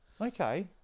Okay